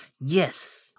yes